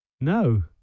No